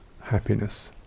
happiness